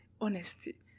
honesty